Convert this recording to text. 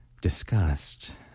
discussed